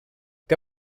què